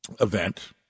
event